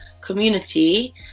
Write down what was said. community